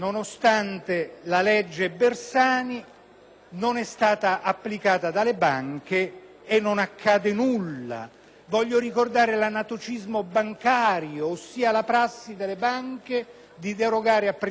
non è stata applicata dalle banche e pertanto non accade nulla. Voglio ricordare l'anatocismo bancario, ossia la prassi delle banche di derogare a precise norme del codice civile